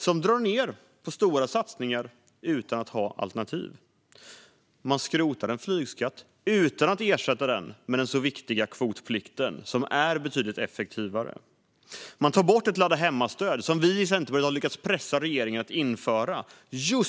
Den drar ned på stora satsningar utan att ha alternativ. Man skrotar en flygskatt utan att ersätta den med den så viktiga kvotplikten, som är betydligt effektivare. Just när elbilsförsäljningen börjar komma igång tar man bort ett ladda-hemma-stöd som vi i Centerpartiet lyckats pressa regeringen att införa.